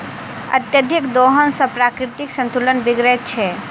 अत्यधिक दोहन सॅ प्राकृतिक संतुलन बिगड़ैत छै